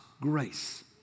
grace